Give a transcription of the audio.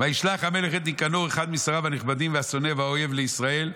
"וישלח המלך את ניקנור אחד משריו הנכבדים והשונא והאויב לישראל,